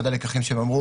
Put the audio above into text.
אחד הלקחים שהם אמרו